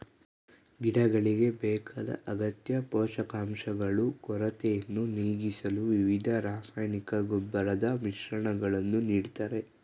ಗಿಡಗಳಿಗೆ ಬೇಕಾದ ಅಗತ್ಯ ಪೋಷಕಾಂಶಗಳು ಕೊರತೆಯನ್ನು ನೀಗಿಸಲು ವಿವಿಧ ರಾಸಾಯನಿಕ ಗೊಬ್ಬರದ ಮಿಶ್ರಣಗಳನ್ನು ನೀಡ್ತಾರೆ